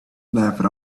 laughed